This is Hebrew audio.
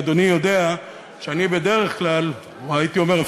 אדוני יודע שאני בדרך כלל או הייתי אומר,